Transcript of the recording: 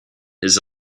his